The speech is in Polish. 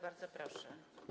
Bardzo proszę.